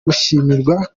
gushimirwa